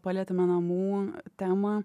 palietėme namų temą